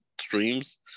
streams